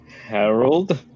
Harold